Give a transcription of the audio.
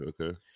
Okay